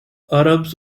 arabs